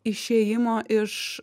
išėjimo iš